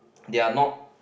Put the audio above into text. they are not